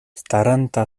staranta